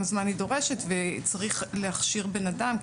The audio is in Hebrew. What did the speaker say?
זמן היא דורשת וצריך להכשיר בן אדם,